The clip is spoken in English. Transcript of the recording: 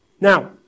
Now